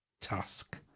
task